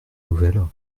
nouvelles